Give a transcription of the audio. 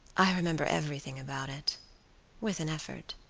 i remember everything about it with an effort.